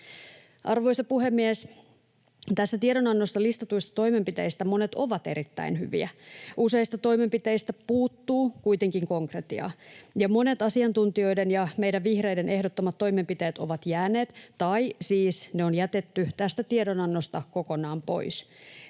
Arvoisa puhemies! Tässä tiedonannossa listatuista toimenpiteistä monet ovat erittäin hyviä. [Perussuomalaisten ryhmästä: Hyvä!] Useista toimenpiteistä puuttuu kuitenkin konkretia, ja monet asiantuntijoiden ja meidän vihreiden ehdottamat toimenpiteet ovat jääneet, tai siis ne on jätetty, tästä tiedonannosta kokonaan pois.